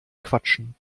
quatschen